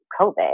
COVID